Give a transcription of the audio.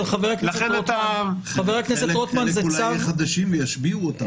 חלק אולי יהיו חדשים וישביעו אותם.